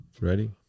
ready